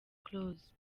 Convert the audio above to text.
close